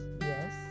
yes